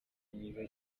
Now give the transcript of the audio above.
mwiza